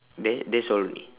that that's all only